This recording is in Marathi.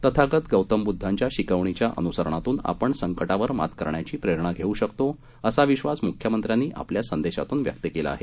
तथागत गौतम बुद्धांच्या शिकवणीच्या अनुसरणातून आपण संकटावर मात करण्याची प्रेरणा घेऊ शकतो असा विश्वास मुख्यमंत्र्यांनी आपल्या संदेशातून व्यक्त केला आहे